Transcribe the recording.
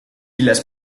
las